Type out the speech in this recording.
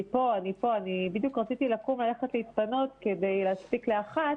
אני רק יכולה להגיד שיש עלייה קלה בתחלואה